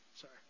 Sorry